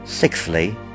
Sixthly